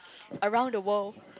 around the world